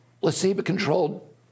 placebo-controlled